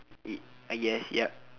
y~ yes yep